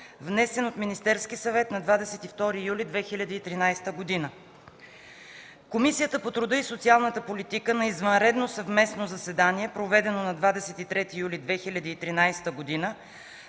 внесен от Министерския съвет на 22 юли 2013 г. Комисията по труда и социалната политика на извънредно съвместно заседание, проведено на 23 юли 2013 г.,